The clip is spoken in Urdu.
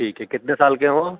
ٹھیک ہے کتنے سال کے ہو